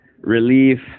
relief